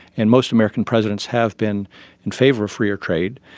and most american presidents have been in favour of freer trade,